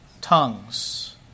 tongues